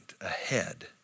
ahead